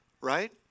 right